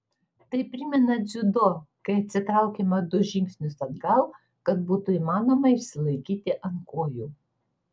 tai primena dziudo kai atsitraukiama du žingsnius atgal kad būtų įmanoma išsilaikyti ant kojų